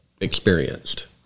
experienced